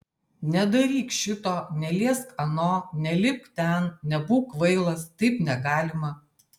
nedaryk šito neliesk ano nelipk ten nebūk kvailas taip negalima